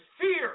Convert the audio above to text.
fear